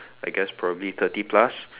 I guess probably thirty plus